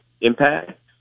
impact